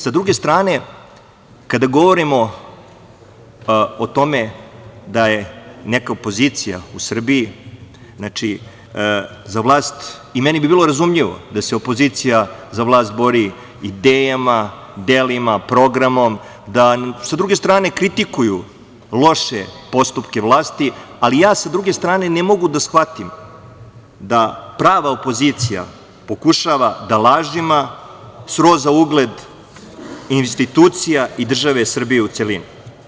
Sa druge strane, kada govorimo o tome da je neka opozicija u Srbiji, meni bi bilo razumljivo da se opozicija za vlast bori idejama, delima, programom, da sa druge strane kritikuju loše postupke vlasti, ali ja ne mogu da shvatim da prava opozicija pokušava da lažima sroza ugled institucija i države Srbije u celini.